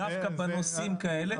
דווקא בנושאים האלה,